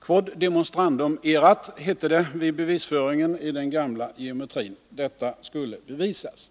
Quod demonstrandum erat, hette det vid bevisföringen i den gamla geometrin: Vilket skulle bevisas.